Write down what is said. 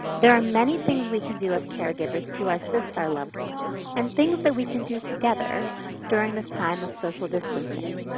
there are many things we can do as caregivers to assist our loved ones and things that we can do together during this time of social distancing.